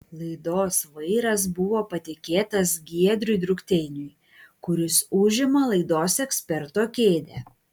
laidos vairas buvo patikėtas giedriui drukteiniui kuris užima laidos eksperto kėdę